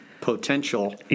potential